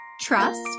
trust